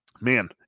man